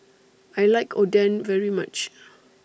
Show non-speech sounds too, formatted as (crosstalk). I like Oden very much (noise)